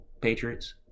Patriots